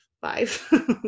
five